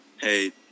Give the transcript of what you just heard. hey